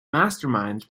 mastermind